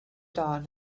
dawn